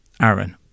Aaron